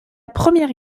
première